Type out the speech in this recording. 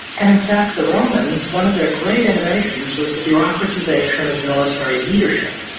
and in fact, the romans, one of their great innovations was the bureaucratization of military leadership.